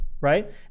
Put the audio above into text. right